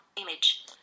image